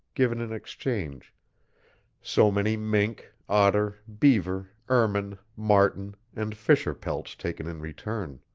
given in exchange so many mink, otter, beaver, ermine, marten, and fisher pelts taken in return.